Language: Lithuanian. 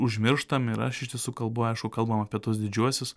užmirštam ir aš iš tiesų kalbu aišku kalbam apie tuos didžiuosius